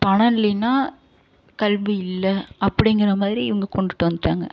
பணம் இல்லைனா கல்வி இல்லை அப்படிங்கற மாதிரி இவங்கள் கொண்டுட்டு வந்துட்டாங்க